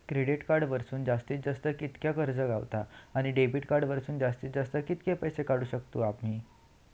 Credit card वरसून जास्तीत जास्त कितक्या कर्ज गावता, आणि डेबिट कार्ड वरसून जास्तीत जास्त कितके पैसे काढुक शकतू आम्ही?